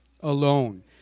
alone